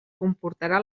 comportarà